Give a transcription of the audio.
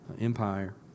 Empire